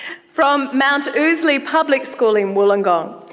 from mount ousley public school in wollongong,